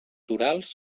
torals